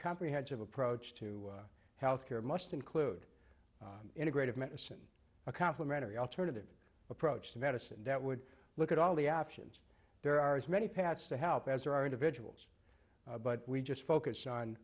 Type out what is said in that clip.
comprehensive approach to health care must include integrative medicine a complimentary alternative approach to medicine that would look at all the options there are as many paths to help as there are individuals but we just focus on